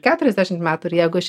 keturiasdešimt metų ir jeigu aš